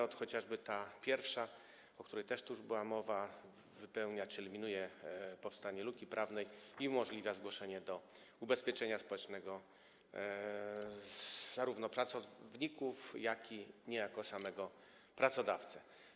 Ot, chociażby ta pierwsza, o której też tu była mowa, uzupełnia to, czyli eliminuje powstanie luki prawnej, i umożliwia zgłoszenie do ubezpieczenia społecznego zarówno pracowników, jak i niejako samego pracodawcę.